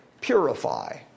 purify